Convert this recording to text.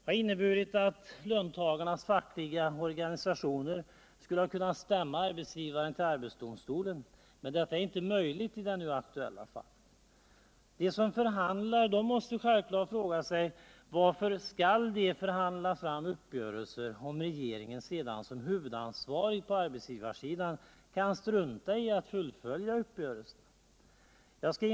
ha inneburit att löntagarnas fackliga organisationer skulle ha kunnat stämma arbetsgivaren till arbetsdomstolen. Detta är inte möjligt I det nu aktuella fallet. De som förhandlar måste självklart fråga sig varför de skall förhandla fram uppgörelser, om regeringen sedan som huvudansvarig på arbetsgivarsidan kan strunta i att fullfölja uppgörelserna. Jag skal!